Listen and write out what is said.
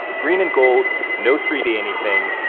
green and gold. no three d anything.